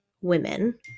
women